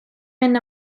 mynd